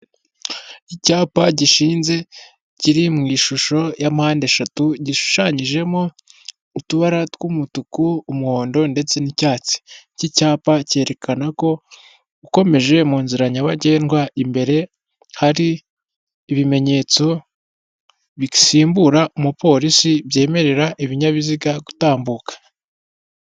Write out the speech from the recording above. Icyapa gishinze kiri mu ishusho ya mpandeshatu gishushanyijemo utubara tw'umutuku umuhondo ndetse n'icyatsi, iki cyapa cyerekana ko ukomeje mu nzira nyabagendwa imbere hari ibimenyetso bisimbura umupolisi byemerera ibinyabiziga gutambuka.